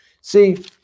See